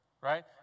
Right